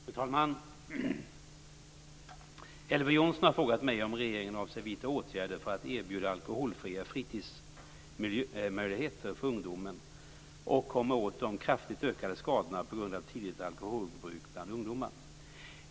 Fru talman! Elver Jonsson har frågat mig om regeringen avser vidta åtgärder för att erbjuda alkoholfria fritidsmöjligheter för ungdomar och komma åt de kraftigt ökade skadorna på grund av tidigt alkoholbruk bland ungdomar.